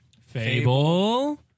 Fable